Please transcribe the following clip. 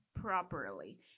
properly